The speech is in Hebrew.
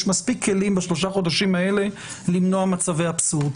יש מספיק כלים בשלושה החודשים האלה למנוע מצבי אבסורד.